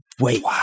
Wait